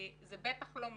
זה בטח לא מוסיף.